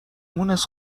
مونس